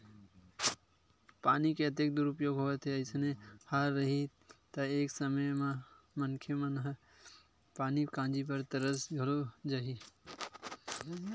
पानी के अतेक दुरूपयोग होवत हे अइसने हाल रइही त एक समे मनखे ह पानी काजी बर तरस जाही घलोक